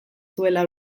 zuela